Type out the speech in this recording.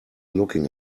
looking